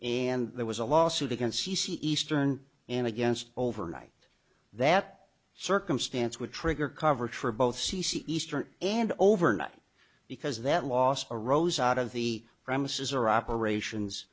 and there was a lawsuit against c c eastern and against overnight that circumstance would trigger coverage for both c c eastern and overnight because that last arose out of the premises or operations